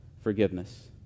forgiveness